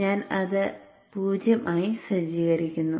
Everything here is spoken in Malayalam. ഞാൻ അത് 0 ആയി സജ്ജീകരിക്കുന്നു